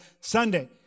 Sunday